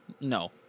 No